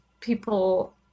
people